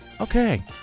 Okay